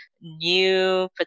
new